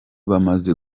bamaze